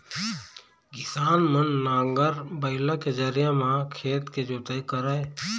किसान मन नांगर, बइला के जरिए म खेत के जोतई करय